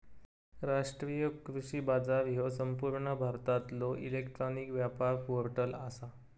राष्ट्रीय कृषी बाजार ह्यो संपूर्ण भारतातलो इलेक्ट्रॉनिक व्यापार पोर्टल आसा